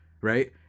right